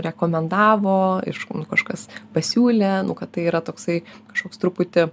rekomendavo aišku nu kažkas pasiūlė kad tai yra toksai kažkoks truputį